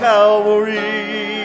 Calvary